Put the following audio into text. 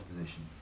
position